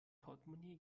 portmonee